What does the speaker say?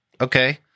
okay